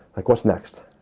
like, what's next.